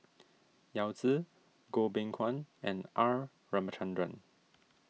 Yao Zi Goh Beng Kwan and R Ramachandran